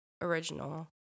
Original